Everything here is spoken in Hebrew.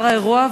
טרומית,